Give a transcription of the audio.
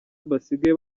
basigaye